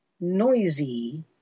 noisy